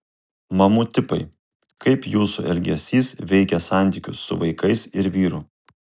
mamų tipai kaip jūsų elgesys veikia santykius su vaikais ir vyru